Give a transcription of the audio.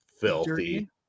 filthy